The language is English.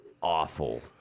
awful